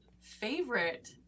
favorite